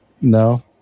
No